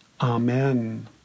Amen